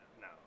no